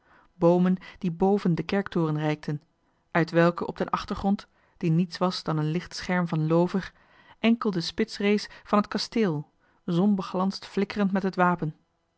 boomen die bven den kerktoren reikten uit welke op den achtergrond die niets was dan een licht scherm van loover enkel de spits rees van het kasteel zonbeglansd flikkerend met het wapen